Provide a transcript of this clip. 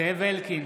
נגד זאב אלקין,